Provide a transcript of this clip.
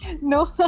No